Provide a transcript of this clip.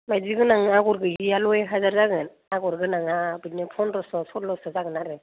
माइदि गोनां आगर गोयैआल' एक हाजार जागोन आगर गोनाङा बिदिनो फनद्रस' सल्ल'स' जागोन आरो